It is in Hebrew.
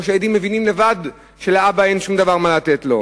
או שהילדים מבינים לבד שלאבא אין שום דבר לתת להם?